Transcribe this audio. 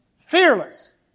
Fearless